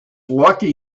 lucky